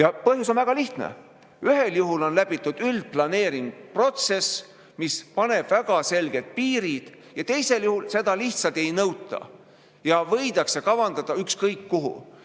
Põhjus on väga lihtne. Ühel juhul on läbitud üldplaneeringuprotsess, mis paneb väga selged piirid, ja teisel juhul seda lihtsalt ei nõuta ja võidakse kavandada ükskõik kuhu.